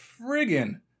friggin